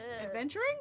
adventuring